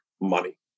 money